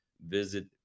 Visit